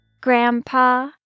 Grandpa